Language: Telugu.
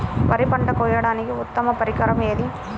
వరి పంట కోయడానికి ఉత్తమ పరికరం ఏది?